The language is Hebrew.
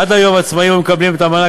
עד היום עצמאים היו מקבלים את המענק